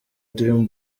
dream